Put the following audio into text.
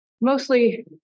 mostly